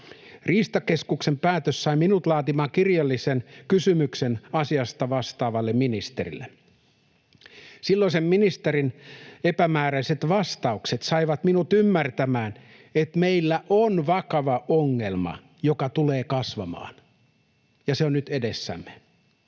Riistakeskuksen päätös sai minut laatimaan kirjallisen kysymyksen asiasta vastaavalle ministerille. Silloisen ministerin epämääräiset vastaukset saivat minut ymmärtämään, että meillä on vakava ongelma, joka tulee kasvamaan, ja se on nyt edessämme.